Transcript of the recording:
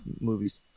movies